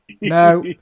no